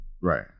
Right